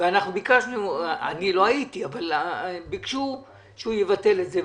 אני לא הייתי, אבל ביקשו שהוא יבטל אותה.